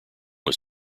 was